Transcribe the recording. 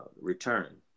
return